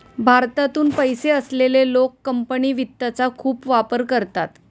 भारतातून पैसे असलेले लोक कंपनी वित्तचा खूप वापर करतात